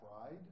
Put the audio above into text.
pride